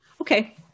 Okay